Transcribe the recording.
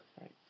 Right